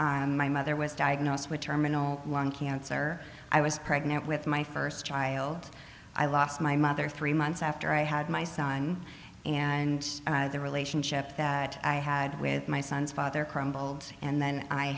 life my mother was diagnosed with terminal lung cancer i was pregnant with my first child i lost my mother three months after i had my son and the relationship that i had with my son's father crumbled and then i